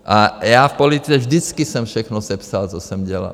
A já v politice vždycky jsem všechno sepsal, co jsem dělal.